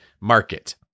market